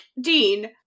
Dean